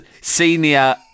senior